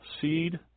seed